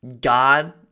God